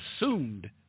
assumed